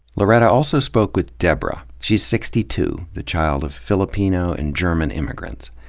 loretta also spoke with deborah. she's sixty two, the child of filipino and german immigrants.